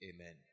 Amen